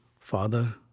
Father